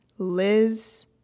Liz